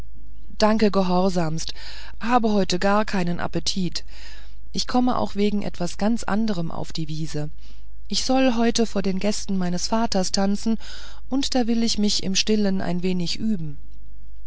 danke gehorsamst habe heute gar keinen appetit ich komme auch wegen etwas ganz anderem auf die wiese ich soll heute vor den gästen meines vaters tanzen und da will ich mich im stillen ein wenig üben